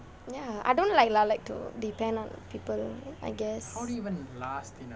ya I don't like like to depend on people I guess